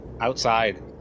Outside